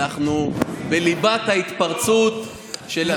אנחנו בלב ההתפרצות של,